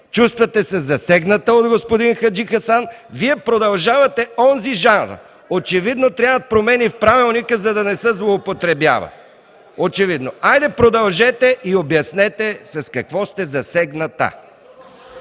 чувствате се засегната от господин Хаджихасан, а Вие продължавате онзи жанр. Очевидно трябват промени в Правилника, за да не се злоупотребява. Очевидно! Хайде, продължете и обяснете с какво сте засегната.